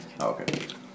Okay